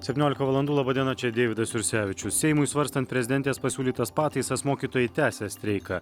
septyniolika valandų laba diena čia deividas jursevičius seimui svarstant prezidentės pasiūlytas pataisas mokytojai tęsia streiką